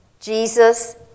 Jesus